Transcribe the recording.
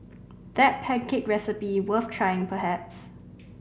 that pancake recipe worth trying perhaps